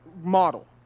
model